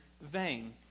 vain